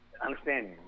understand